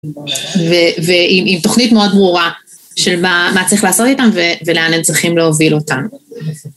ועם תוכנית מאוד ברורה של מה צריך לעשות איתם ולאן הם צריכים להוביל אותם.